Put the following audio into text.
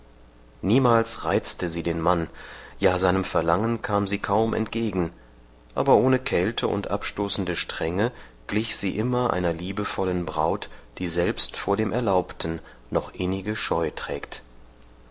niemals reizte sie den mann ja seinem verlangen kam sie kaum entgegen aber ohne kälte und abstoßende strenge glich sie immer einer liebevollen braut die selbst vor dem erlaubten noch innige scheu trägt